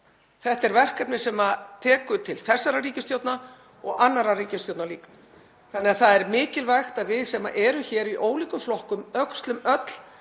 Þetta er verkefni sem tekur til þessarar ríkisstjórnar og annarra ríkisstjórna líka. Það er því mikilvægt að við sem erum í ólíkum flokkum öxlum öll